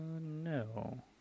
no